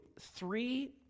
three